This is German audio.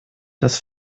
das